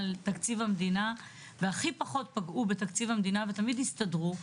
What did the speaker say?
על תקציב המדינה והכי פחות פגעו בתקציב המדינה ותמיד הסתדרו,